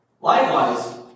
Likewise